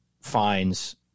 finds